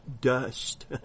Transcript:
dust